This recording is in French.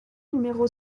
numéro